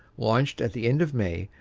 launched at the end of may,